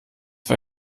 für